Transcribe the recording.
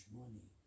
money